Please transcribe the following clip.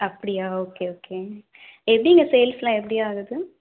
அப்படியா okay okay எப்படி இங்கே சேல்ஸ் எல்லாம் எப்படி ஆகுது